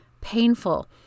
painful